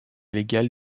légale